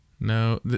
No